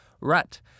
rut